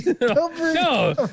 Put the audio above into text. No